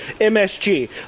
MSG